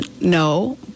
No